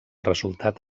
resultat